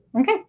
Okay